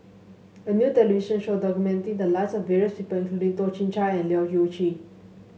a new television show documented the lives of various people including Toh Chin Chye and Leu Yew Chye